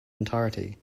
entirety